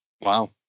Wow